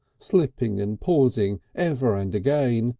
slipping and pausing ever and again,